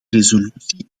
resolutie